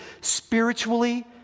spiritually